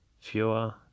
Fewer